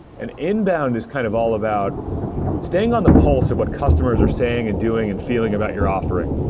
and inbound is kind of all about staying on the pulse of what customers are saying and doing and feeling about your offering,